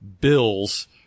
bills